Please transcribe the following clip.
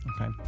Okay